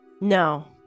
No